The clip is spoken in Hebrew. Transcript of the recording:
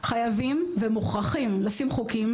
חייבים ומוכרחים לשים חוקים,